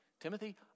Timothy